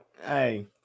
hey